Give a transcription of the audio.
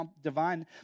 divine